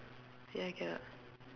yeah cannot